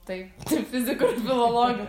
tai ir fizikų ir filologių